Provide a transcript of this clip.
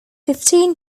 fifteen